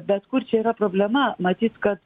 bet kur čia yra problema matyt kad